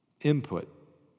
input